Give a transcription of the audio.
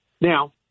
Now